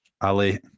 Ali